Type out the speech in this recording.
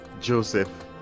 Joseph